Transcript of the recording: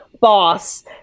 boss